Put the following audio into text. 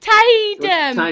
Tatum